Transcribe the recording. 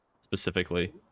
specifically